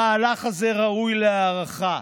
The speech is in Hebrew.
המהלך הזה ראוי להערכה,